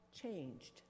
changed